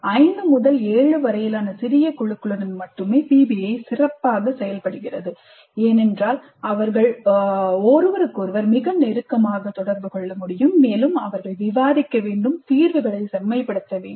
5 முதல் 7 வரையிலான சிறிய குழுக்களுடன் மட்டுமே PBI சிறப்பாக செயல்படுகிறது ஏனென்றால் அவர்கள் ஒருவருக்கொருவர் மிக நெருக்கமாக தொடர்பு கொள்ள முடியும் மேலும் அவர்கள் விவாதிக்க வேண்டும் தீர்வுகளை செம்மைப்படுத்த வேண்டும்